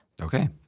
Okay